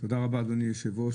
תודה רבה אדוני היושב-ראש,